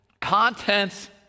contents